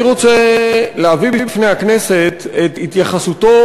אני רוצה להביא את בפני הכנסת את התייחסותו